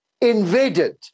invaded